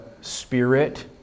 spirit